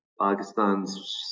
Pakistan's